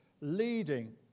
leading